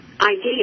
idea